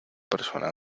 persona